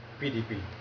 PDP